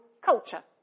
culture